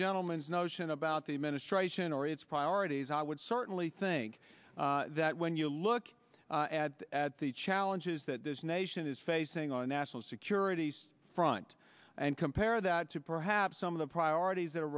gentleman's notion about the administration or its priorities i would certainly think that when you look at the challenges that this nation is facing on a national security front and compare that to perhaps some of the priorities